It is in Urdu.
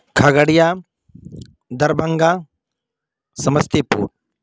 کھگڑیا دربھنگا سمستی پور